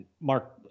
Mark